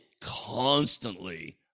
constantly